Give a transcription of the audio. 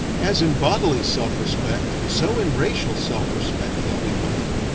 as in bodily self-respect, so in racial self-respect, they'll be wanting.